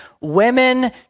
women